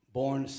born